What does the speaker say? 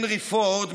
הנרי פורד,